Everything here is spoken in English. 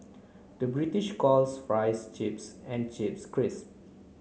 the British calls fries chips and chips crisps